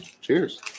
cheers